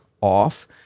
off